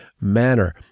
manner